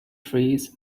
trees